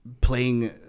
playing